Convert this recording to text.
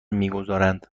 میگذارند